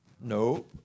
No